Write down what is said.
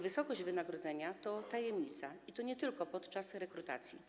Wysokość wynagrodzenia to tajemnica, i to nie tylko podczas rekrutacji.